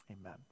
amen